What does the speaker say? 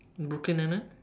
Brooklyn nine-nine